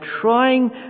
trying